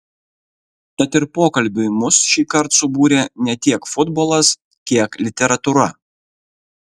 tad ir pokalbiui mus šįkart subūrė ne tiek futbolas kiek literatūra